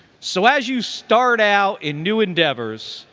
so as you start out in new endeavors,